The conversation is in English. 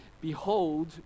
Behold